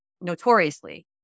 notoriously